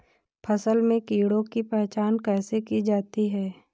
फसल में कीड़ों की पहचान कैसे की जाती है?